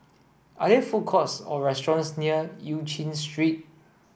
are there food courts or restaurants near Eu Chin Street